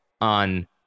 on